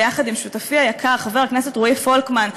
ביחד עם שותפי היקר חבר הכנסת רועי פולקמן,